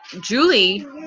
Julie